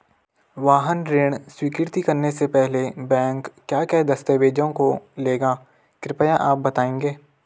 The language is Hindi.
वाहन ऋण स्वीकृति करने से पहले बैंक क्या क्या दस्तावेज़ों को लेगा कृपया आप बताएँगे?